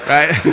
Right